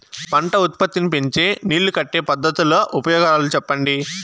పంట ఉత్పత్తి నీ పెంచే నీళ్లు కట్టే పద్ధతుల ఉపయోగాలు చెప్పండి?